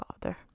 father